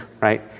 right